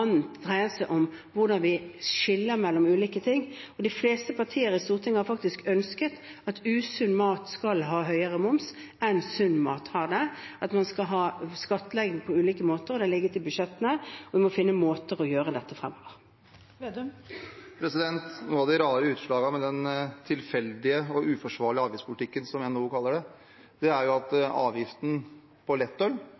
dreier seg om hvordan vi skiller mellom ulike ting. De fleste partier i Stortinget har faktisk ønsket at usunn mat skal ha høyere moms enn sunn mat, at man skal ha skattlegging på ulike måter. Det har ligget i budsjettene. Vi må finne måter å gjøre dette på fremover. Et av de rare utslagene av denne tilfeldige og uforsvarlige avgiftspolitikken, som NHO kaller det, er